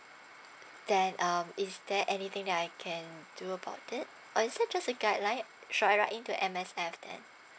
and um is there anything that I can do about that or is that just a guideline shall I log in to M_S_F then